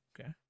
okay